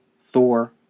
Thor